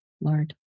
Lord